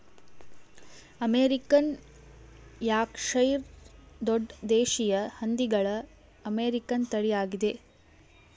American Yorkshire ದೊಡ್ಡ ದೇಶೀಯ ಹಂದಿಗಳ ಅಮೇರಿಕನ್ ತಳಿಯಾಗಿದೆ